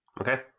Okay